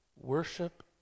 Worship